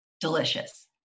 Delicious